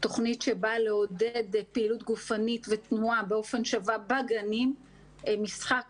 שבאה לעודד פעילות גופנית ותנועה באופן שווה בגנים - משחק